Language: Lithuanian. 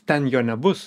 ten jo nebus